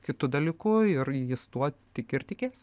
kitu dalyku ir jis tuo tiki ir tikės